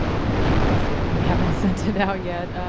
you didn't miss it. we haven't sent it out yet.